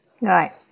Right